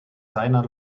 seiner